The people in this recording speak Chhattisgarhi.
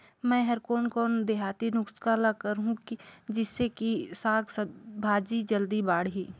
मै हर कोन कोन देहाती नुस्खा ल करहूं? जिसे कि साक भाजी जल्दी बाड़ही?